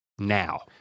now